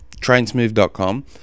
trainsmove.com